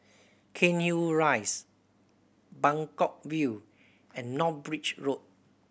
Cairnhill Rise Buangkok View and North Bridge Road